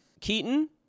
Keaton